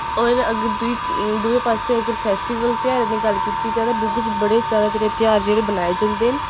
होर अगर दूई दूए पासेआ अगर फैस्टिवल ध्यारें दी गल्ल कीती जा तां डुग्गर च बड़े जैदा जेह्ड़े ध्यार जेह्ड़े मनाए जंदे न